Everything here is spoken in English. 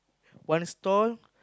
one stall